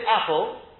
apple